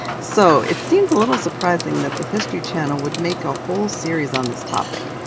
so it seems a little surprising that the history channel would make a whole series on this topic.